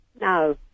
No